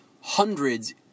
hundreds